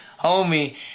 homie